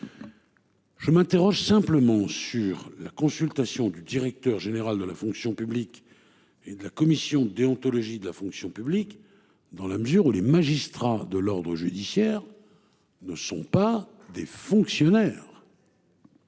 Je m'interroge simplement sur la consultation du directeur général de la fonction publique et de la Commission déontologie de la fonction publique dans la mesure où les magistrats de l'ordre judiciaire. Ne sont pas des fonctionnaires.